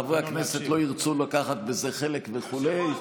חברי הכנסת לא ירצו לקחת בזה חלק וכו'.